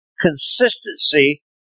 consistency